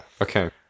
Okay